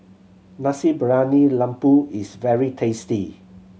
Nasi Briyani Lembu is very tasty